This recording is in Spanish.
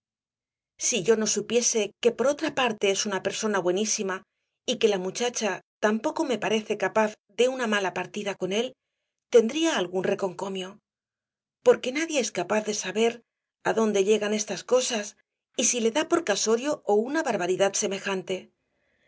si yo no supiese que por otra parte es una persona buenísima y que la muchacha tampoco me parece capaz de una mala partida con él tendría algún reconcomio porque nadie es capaz de saber á dónde llegan estas cosas y si le da por casorio ó una barbaridad semejante